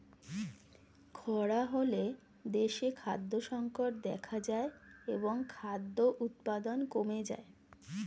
খরা হলে দেশে খাদ্য সংকট দেখা যায় এবং খাদ্য উৎপাদন কমে যায়